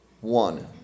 one